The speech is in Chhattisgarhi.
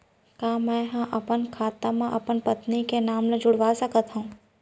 का मैं ह अपन खाता म अपन पत्नी के नाम ला जुड़वा सकथव?